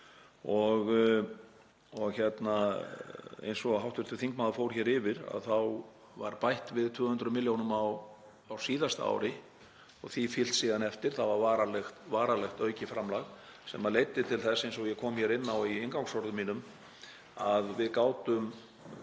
Eins og hv. þingmaður fór hér yfir þá var bætt við 200 milljónum á síðasta ári og því fylgt síðan eftir, það var varanlegt aukið framlag sem leiddi til þess, eins og ég kom inn á í inngangsorðum mínum, að við gátum